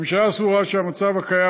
הממשלה סבורה שהמצב הקיים,